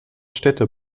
städte